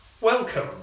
Welcome